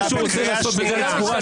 מה שהוא רוצה לעשות בדלת סגורה,